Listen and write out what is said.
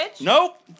Nope